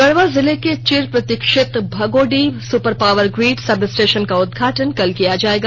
गढ़वा जिले के चिर प्रतीक्षित Bhagodih super power grid sub station का उद्घाटन कल किया जायेगा